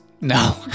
No